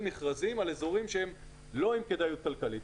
מכרזים על אזורים שהם שלא עם כדאיות כלכלית.